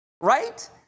right